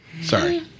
Sorry